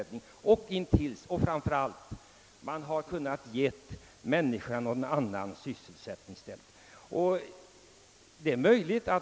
Åtgärder bör dessutom vidtagas till dess man givit de i industrin anställda andra sysselsättningar i stället.